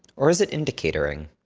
or is it indicatoring?